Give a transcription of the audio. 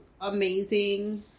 amazing